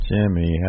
Jimmy